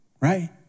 right